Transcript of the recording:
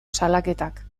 salaketak